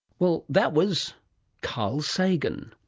well, that was carl sagan,